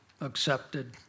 accepted